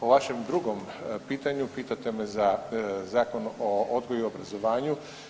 O vašem drugom pitanju, pitate me za Zakon o odgoju i obrazovanju.